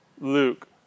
Luke